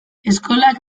eskolak